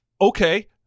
Okay